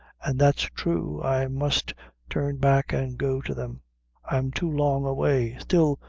an' that's thrue, i must turn back and go to them i'm too long away still,